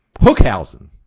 Hookhausen